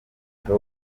ubwo